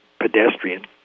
pedestrian